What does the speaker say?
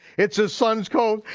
it's his son's coat,